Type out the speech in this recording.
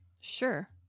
sure